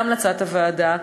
בהמלצת הוועדה,